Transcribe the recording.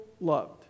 loved